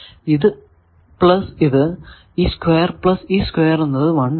ഇത് പ്ലസ് ഇത് ഈ സ്ക്വയർ പ്ലസ് ഈ സ്ക്വയർ എന്നത് 1 ആണ്